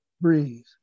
breathe